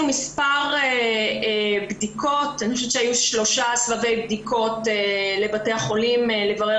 היו שלושה סבבי בדיקות לבתי החולים כדי לברר